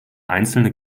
einzelne